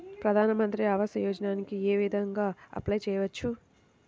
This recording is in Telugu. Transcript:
ప్రధాన మంత్రి ఆవాసయోజనకి ఏ విధంగా అప్లే చెయ్యవచ్చు?